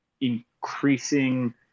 increasing